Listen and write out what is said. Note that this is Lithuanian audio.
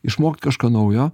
išmokt kažką naujo